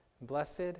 Blessed